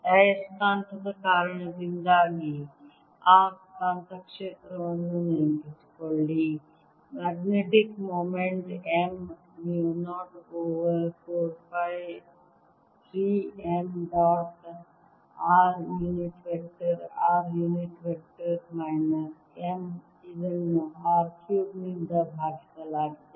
ಆಯಸ್ಕಾಂತದ ಕಾರಣದಿಂದಾಗಿ ಆ ಕಾಂತಕ್ಷೇತ್ರವನ್ನು ನೆನಪಿಸಿಕೊಳ್ಳಿ magnetic moment m mu 0 over 4 pi 3 m dot r unit vector r unit vector minus m ಇದನ್ನು R cube ನಿಂದ ಭಾಗಿಸಲಾಗಿದೆ